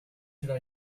should